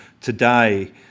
today